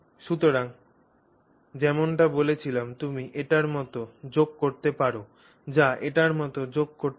সুতরাং যেমনটি বলেছিলাম তুমি এটির মতো যোগ করতে পার বা এটির মতো যোগ করতে পার